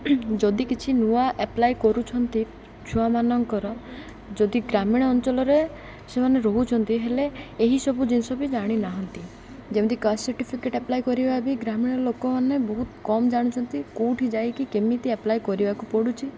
ଯଦି କିଛି ନୂଆ ଆପ୍ଲାଏ କରୁଛନ୍ତି ଛୁଆମାନଙ୍କର ଯଦି ଗ୍ରାମୀଣ ଅଞ୍ଚଳରେ ସେମାନେ ରହୁଛନ୍ତି ହେଲେ ଏହି ସବୁ ଜିନିଷ ବି ଜାଣିନାହାନ୍ତି ଯେମିତି କାଷ୍ଟ ସର୍ଟିଫିକେଟ୍ ଆପ୍ଲାଏ କରିବା ବି ଗ୍ରାମୀଣ ଲୋକମାନେ ବହୁତ କମ୍ ଜାଣନ୍ତି କେଉଁଠି ଯାଇକି କେମିତି ଆପ୍ଲାଏ କରିବାକୁ ପଡ଼ୁଛି